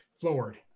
floored